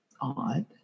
odd